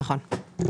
נכון.